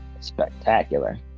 spectacular